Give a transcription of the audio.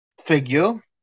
figure